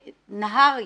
נהרי,